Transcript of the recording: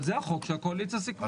אבל זה החוק שהקואליציה סיכמה.